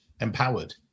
empowered